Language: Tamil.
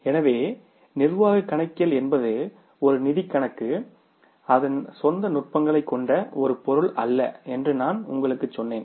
எனவே நிர்வாகக் கணக்கியல் என்பது ஒரு நிதிக் கணக்கு அதன் சொந்த நுட்பங்களைக் கொண்ட ஒரு பொருள் அல்ல என்று நான் உங்களுக்குச் சொன்னேன்